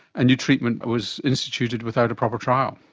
a new treatment was instituted without a proper trial.